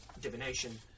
divination